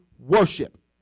Worship